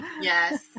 yes